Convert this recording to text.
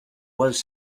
was